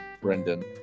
Brendan